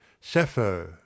Sappho